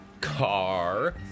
Car